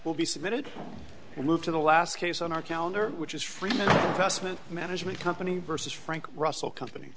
will be submitted and moved to the last case on our calendar which is from testament management company versus frank russell company